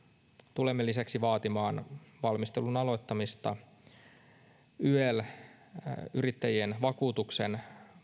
tulemme lisäksi vaatimaan valmistelun aloittamista yrittäjien yel vakuutuksen